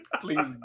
Please